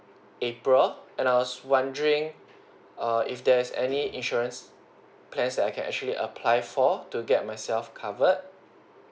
april and I was wondering err if there's any insurance plans that I can actually apply for to get myself covered